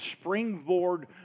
springboard